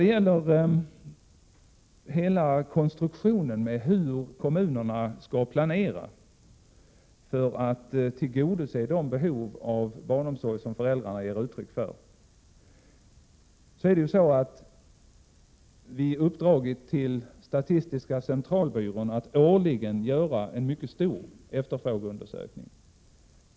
Vad gäller uppläggningen av kommunernas planering för att tillgodose de behov av barnomsorg som föräldrarna ger uttryck för har vi uppdragit till statistiska centralbyrån att årligen göra en mycket omfattande efterfrågeundersökning.